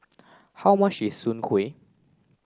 how much is Soon Kway